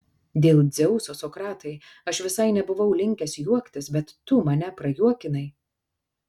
dėl dzeuso sokratai aš visai nebuvau linkęs juoktis bet tu mane prajuokinai